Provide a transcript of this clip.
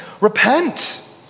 repent